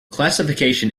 classification